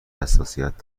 حساسیت